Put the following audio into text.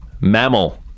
mammal